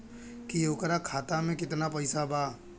की ओकरा खाता मे कितना पैसा बा?